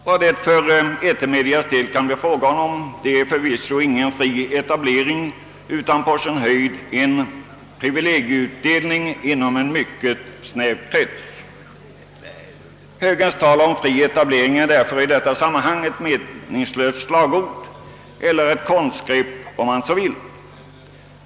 Vad det för etermediernas del kan bli fråga om är förvisso ingen fri etablering utan på sin höjd en privilegieutdelning inom en mycket snäv krets. Högerns tal om fri etablering är därför i detta sammanhang ett meningslöst slagord eller, om man så vill, ett konstgrepp.